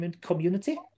community